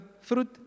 fruit